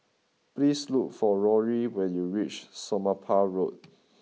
please look for Rory when you reach Somapah Road